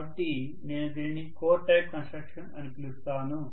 కాబట్టి నేను దీనిని కోర్ టైప్ కన్స్ట్రక్షన్ అని పిలుస్తాను